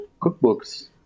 cookbooks